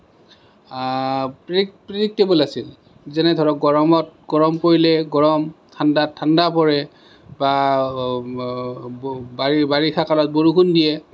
predictable আছিল যেনে ধৰক গৰম পৰিলে গৰম ঠাণ্ডাত ঠাণ্ডা পৰে বা বাৰিষা কালত বৰষুণ দিয়ে